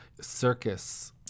circus